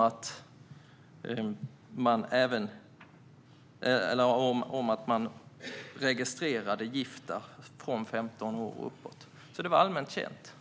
att det registrerades gifta från 15 år och uppåt, så det var allmänt känt.